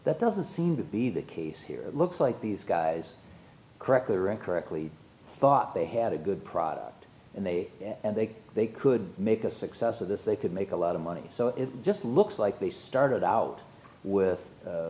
that doesn't seem to be the case here looks like these guys correctly or incorrectly thought they had a good product and they and they they could make a success of this they could make a lot of money so it just looks like they started out with